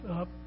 up